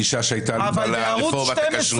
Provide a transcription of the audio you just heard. בערוץ 12